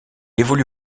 évolue